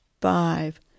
five